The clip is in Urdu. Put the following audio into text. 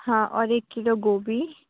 ہاں اور ایک کلو گوبھی